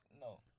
no